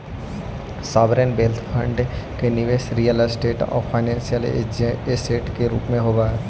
sovereign wealth fund के निवेश real estate आउ फाइनेंशियल ऐसेट के रूप में होवऽ हई